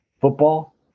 football